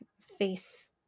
face